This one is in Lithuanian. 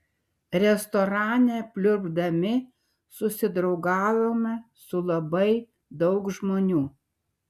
restorane pliurpdami susidraugavome su labai daug žmonių